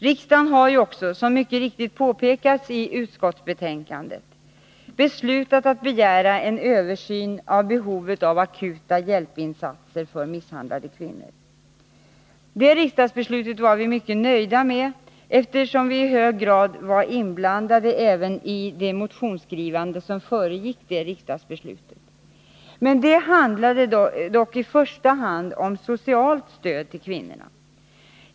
Riksdagen har ju också, som mycket riktigt påpekas i utskottsbetänkandet, beslutat att begära en översyn av behovet av akuta hjälpinsatser för misshandlade kvinnor. Det riksdagsbeslutet var vi mycket nöjda med, eftersom vi i hög grad var inblandade även i det motionsskrivande som föregick detta riksdagsbeslut. Det handlade dock i första hand om ett socialt stöd till kvinnorna.